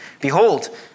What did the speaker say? Behold